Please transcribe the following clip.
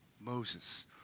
Moses